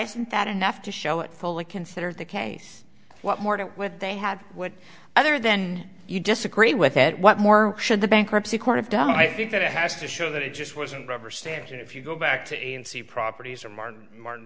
isn't that enough to show it fully considered the case what more do what they had what other then you disagree with that what more should the bankruptcy court of done i think that it has to show that it just wasn't rubber stamped and if you go back to n c properties or martin martin